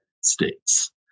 states